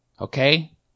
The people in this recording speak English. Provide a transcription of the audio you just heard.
Okay